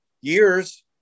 years